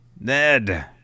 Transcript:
Ned